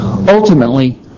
ultimately